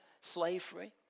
slavery